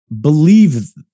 believe